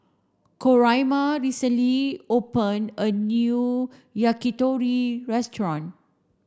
Coraima recently opened a new Yakitori restaurant